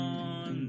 on